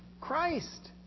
Christ